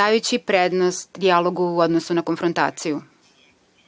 dajući prednost dijalogu u odnosu na konfrontaciju. Mi